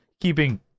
keeping